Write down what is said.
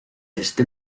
este